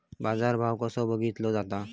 बाजार भाव कसो बघीतलो जाता?